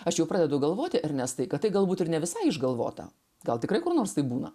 aš jau pradedu galvoti ernestai kad tai galbūt ir ne visai išgalvota gal tikrai kur nors taip būna